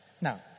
Now